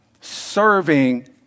Serving